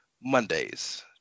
Mondays